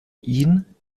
ihn